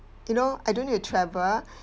you know I don't need to travel